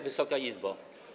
Wysoka Izbo!